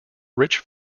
rich